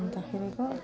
अन्त फेरि